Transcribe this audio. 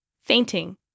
fainting